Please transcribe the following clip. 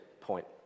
point